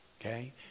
Okay